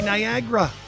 Niagara